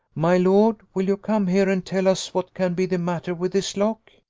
my lord, will you come here and tell us what can be the matter with this lock?